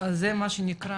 אז זה מה שנקרא,